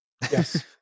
Yes